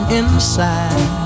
inside